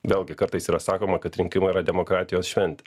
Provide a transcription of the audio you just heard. vėlgi kartais yra sakoma kad rinkimai yra demokratijos šventė